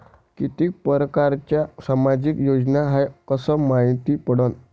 कितीक परकारच्या सामाजिक योजना हाय कस मायती पडन?